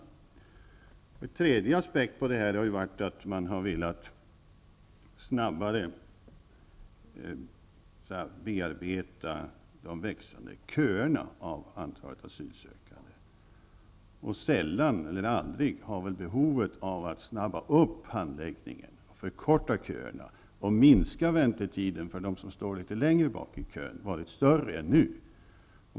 Ytterligare en aspekt har varit att man har velat bearbeta de växande köerna av asylsökande snabbare. Sällan eller aldrig har väl behovet av att påskynda handläggningen, förkorta köerna och minska väntetiden för dem som står längre bak i kön varit större än nu.